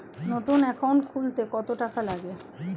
নতুন একাউন্ট খুলতে কত টাকা লাগে?